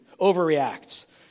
overreacts